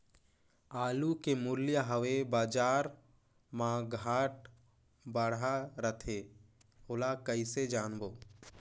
आलू के मूल्य हवे बजार मा घाट बढ़ा रथे ओला कइसे जानबो?